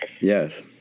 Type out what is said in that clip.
Yes